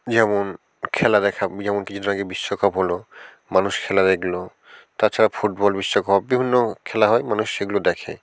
যেমন খেলা দেখা যেমন কিছু দিন আগে বিশ্বকাপ হলো মানুষ খেলা দেখলো তাছারা ফুটবল বিশ্বকাপ বিভিন্ন খেলা হয় মানুষ সেগুলো দেখে